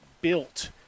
built